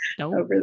over